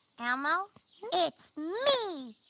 elmo it's me,